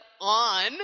on